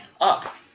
up